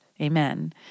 Amen